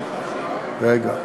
רגע,